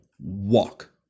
walk